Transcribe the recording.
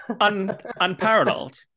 unparalleled